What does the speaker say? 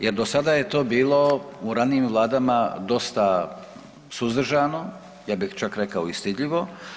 Jer do sada je to bilo u ranijim Vladama dosta suzdržano, ja bih čak rekao i stidljivo.